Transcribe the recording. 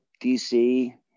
dc